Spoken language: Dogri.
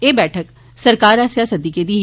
एह् बैठक सरकार आस्सेआ सदी गेदी ही